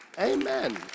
Amen